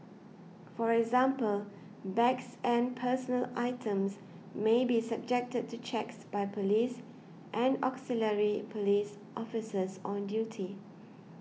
for example bags and personal items may be subjected to checks by police and auxiliary police officers on duty